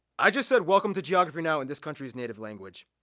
i just said welcome to geography now! in this country's native language.